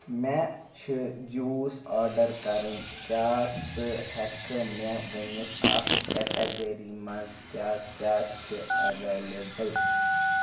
مےٚ چھِ juice order کرٕنۍ، کیٛاہ ژٕ ہٮ۪کہٕ مےٚ ؤنِتھ اَتھ کیٹگری منٛز کیٛاہ کیٛاہ چھِ ایویلیبٕل